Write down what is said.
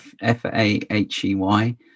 f-a-h-e-y